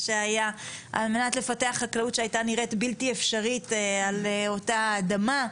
על מנת לפתח חקלאות שהיתה נראית בלתי אפשרית על אותה אדמה.